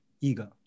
ego